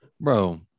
bro